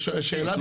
שאלת